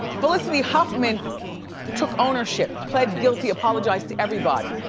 felicity huffman took ownership, plead guilty, apologized to everybody.